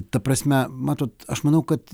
ta prasme matot aš manau kad